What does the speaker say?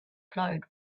glowed